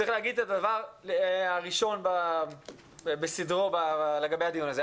צריך לומר את הדבר הראשון בסדרו לגבי הדיון הזה.